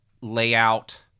layout